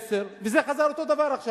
110, 120, וזה חזר, אותו דבר עכשיו.